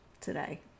today